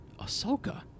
Ahsoka